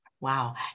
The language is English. Wow